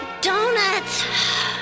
donuts